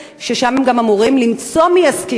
ובהם הם גם אמורים למצוא מי שישכיר להם.